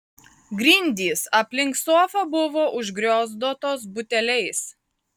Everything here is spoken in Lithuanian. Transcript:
grindys aplink sofą buvo užgriozdotos buteliais